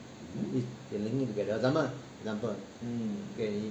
can link it together example example